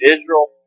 Israel